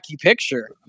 picture